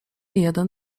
jeden